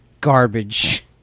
garbage